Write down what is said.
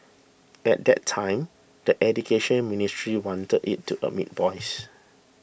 at that time the Education Ministry wanted it to admit boys